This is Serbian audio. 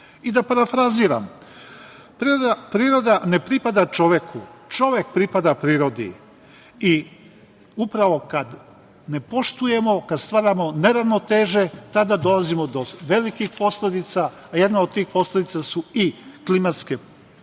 parafraziram, priroda ne pripada čoveku, čovek pripada prirodi. I upravo kada ne poštujemo, kad stvaramo neravnoteže, tada dolazimo do velikih posledica, a jedna od tih posledica su i klimatske promene